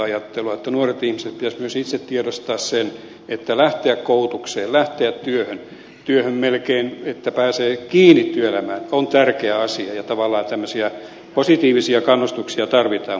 nuorten ihmisten pitäisi myös itse tiedostaa se että lähteä koulutukseen lähteä työhön työhön melkein että pääsee kiinni työelämään on tärkeä asia ja tavallaan tämmöisiä positiivisia kannustuksia tarvitaan